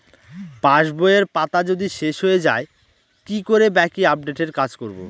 পাসবইয়ের পাতা যদি শেষ হয়ে য়ায় কি করে বাকী আপডেটের কাজ করব?